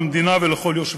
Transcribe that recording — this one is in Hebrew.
למדינה ולכל יושביה.